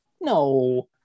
No